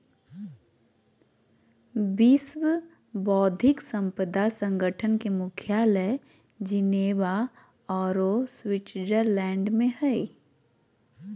विश्व बौद्धिक संपदा संगठन के मुख्यालय जिनेवा औरो स्विटजरलैंड में हइ